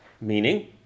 meaning